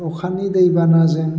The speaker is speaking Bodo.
अखानि दै बानाजों